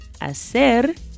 Hacer